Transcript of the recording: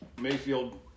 Mayfield